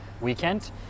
weekend